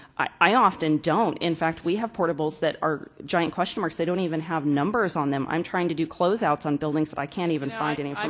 i often don't. in fact, we have portables that are giant question marks. they don't even have numbers on them. i'm trying to do closeouts on buildings that i can't even find and information.